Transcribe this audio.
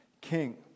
king